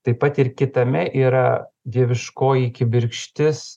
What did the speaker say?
taip pat ir kitame yra dieviškoji kibirkštis